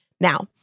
Now